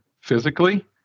physically